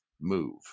move